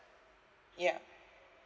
ya